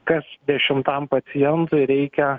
kas dešimtam pacientui reikia